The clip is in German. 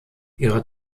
ihre